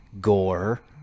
Gore